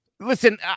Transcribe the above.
Listen